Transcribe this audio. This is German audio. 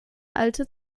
alte